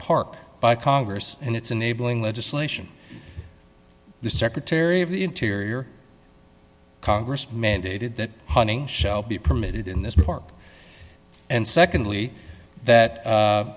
park by congress and its enabling legislation the secretary of the interior congress mandated that hunting shall be permitted in this park and secondly that